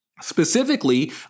specifically